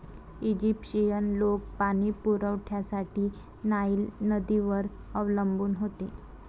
Egyptian लोक पाणी पुरवठ्यासाठी नाईल नदीवर अवलंबून होते